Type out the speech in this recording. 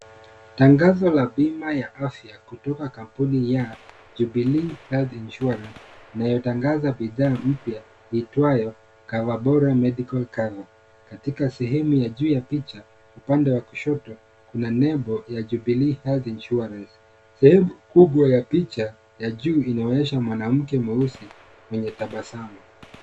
Tangazo la bima ya afya kutoka kampuni ya Jubilee Health insurance inayotangaza bidhaa mpya iitwayo Coverbora Medical Cover. Katika sehemu ya juu ya picha upande wa kushoto kuna nembo ya Jubilee Health Insurance. Sehemu kubwa ya juu ya picha inaonyesha mwanamke mweusi mwenye tabasamu.